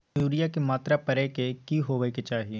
Urea के मात्रा परै के की होबाक चाही?